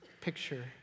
picture